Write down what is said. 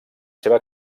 seva